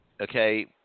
Okay